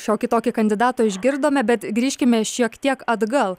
šiokį tokį kandidatą išgirdome bet grįžkime šiek tiek atgal